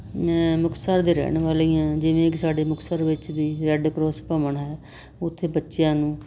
ਮੈਂ ਮੁਕਤਸਰ ਦੀ ਰਹਿਣ ਵਾਲੀ ਹਾਂ ਜਿਵੇਂ ਕਿ ਸਾਡੇ ਮੁਕਤਸਰ ਵਿੱਚ ਵੀ ਰੈਡ ਕ੍ਰੋਸ ਭਵਨ ਹੈ ਉੱਥੇ ਬੱਚਿਆਂ ਨੂੰ